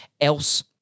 else